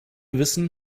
wissen